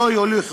מה אומר הרפורמי?